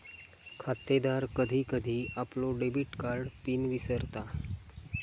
खातेदार कधी कधी आपलो डेबिट कार्ड पिन विसरता